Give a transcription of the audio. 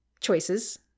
choices